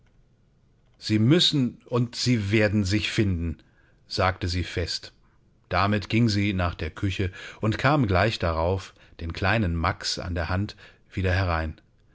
sie müssen und werden sich finden sagte sie fest damit ging sie nach der küche und kam gleich darauf den kleinen max an der hand wieder herein